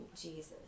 Jesus